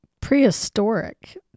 prehistoric